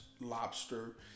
Lobster